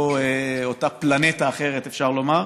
באותה פלנטה אחרת, אפשר לומר.